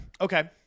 Okay